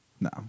No